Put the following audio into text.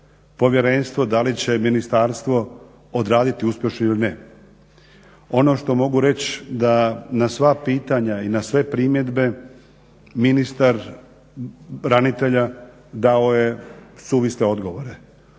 povjerenstvo, da li će ministarstvo odraditi uspješno ili ne. Ono što mogu reći da na sva pitanja i na sve primjedbe ministar branitelja dao je suvisle odgovore.